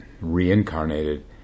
reincarnated